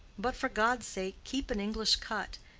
but, for god's sake, keep an english cut,